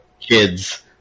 kids